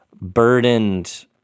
burdened